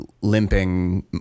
limping